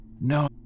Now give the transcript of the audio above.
No